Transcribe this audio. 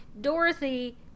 Dorothy